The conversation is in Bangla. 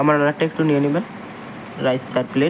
আমার অর্ডারটা একটু নিয়ে নিবেন রাইস চার প্লেট